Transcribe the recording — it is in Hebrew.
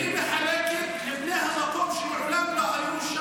היא מחלקת לבני המקום,